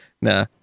nah